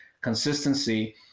consistency